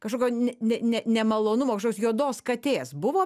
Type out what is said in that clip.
kažkokio ne ne ne nemalonumo kažkokios juodos katės buvo